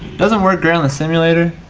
doesn't work good on the simulator.